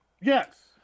Yes